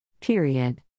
Period